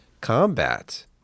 combat